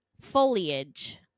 foliage